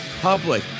Public